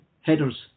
headers